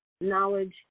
knowledge